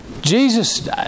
Jesus